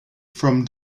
from